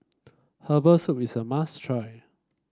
Herbal Soup is a must try